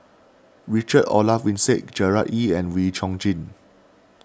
Richard Olaf Winstedt Gerard Ee and Wee Chong Jin